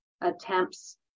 attempts